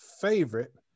favorite